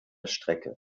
strecke